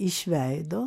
iš veido